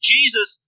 Jesus